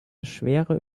schwere